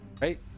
right